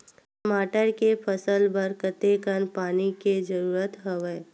टमाटर के फसल बर कतेकन पानी के जरूरत हवय?